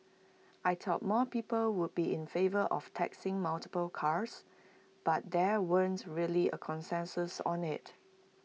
I thought more people would be in favour of taxing multiple cars but there weren't really A consensus on IT